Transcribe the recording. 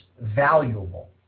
valuable